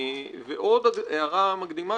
ועוד הערה מקדימה,